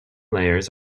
layers